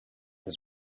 his